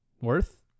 Worth